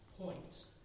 points